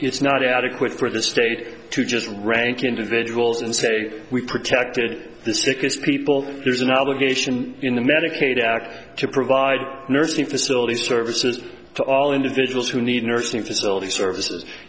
it's not adequate for the state to just rank individuals and say we protected the sickest people there's an obligation in the medicaid act to provide nursing facilities services to all individuals who need nursing facilities services